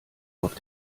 auf